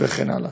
וכן הלאה.